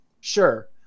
Sure